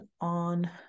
on